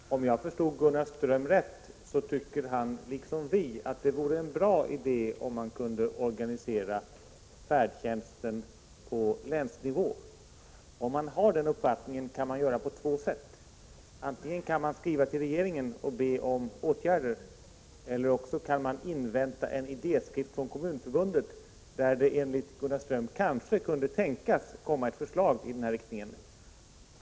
Herr talman! Om jag förstod Gunnar Ström rätt tycker han liksom vi att det är en bra idé att, om det är möjligt, organisera färdtjänsten på länsnivå. Om man har den uppfattningen kan man förfara på två sätt: antingen kan man skriva till regeringen och be om åtgärder eller också kan man invänta en idéskiss ffån Kommunförbundet, i vilken det enligt Gunnar Ström kanske kunde tänkas komma fram ett förslag i denna riktning.